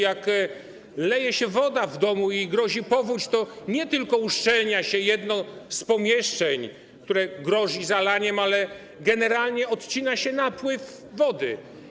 Jak leje się woda w domu i grozi powódź, to nie tylko uszczelnia się jedno z pomieszczeń, któremu grozi zalanie, ale generalnie odcina się napływ wody.